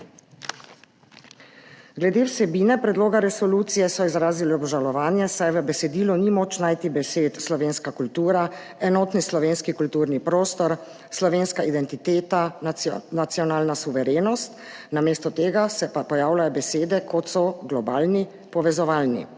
Glede vsebine predloga resolucije so izrazili obžalovanje, saj v besedilu ni moč najti besed »slovenska kultura«, »enotni slovenski kulturni prostor«, »slovenska identiteta«, »nacionalna suverenost«, namesto tega se pa pojavljajo besede kot so »globalni«, »povezovalni«.